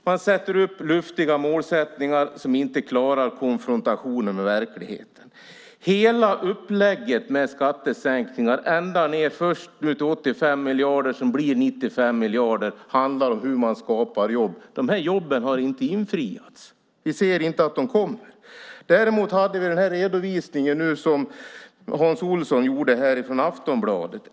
Man sätter upp luftiga målsättningar som inte klarar konfrontationen med verkligheten. Hela upplägget med skattesänkningar först till 85 miljarder som nu blir 95 miljarder handlar om hur man skapar jobb. De jobben har inte infriats. Vi ser inte att de kommer. Däremot har vi nu den redovisning som Hans Olson gjorde från Aftonbladet.